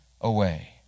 away